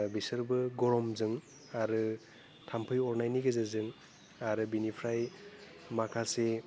बिसोरबो गरमजों आरो थाम्फै अरनायनि गेजेरजों आरो बिनिफ्राय माखासे